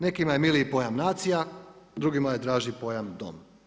Nekima je miliji pojam nacija, drugima je draži pojam dom.